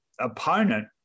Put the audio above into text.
opponent